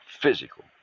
physical